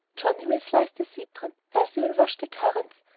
johnnie will slice the citron, elsie will wash the currants,